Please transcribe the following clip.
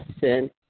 sin